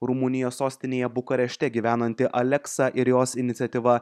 rumunijos sostinėje bukarešte gyvenanti aleksa ir jos iniciatyva